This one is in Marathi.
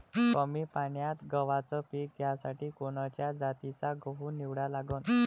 कमी पान्यात गव्हाचं पीक घ्यासाठी कोनच्या जातीचा गहू निवडा लागन?